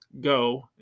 go